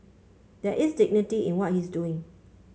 there is dignity in what he's doing